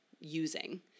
using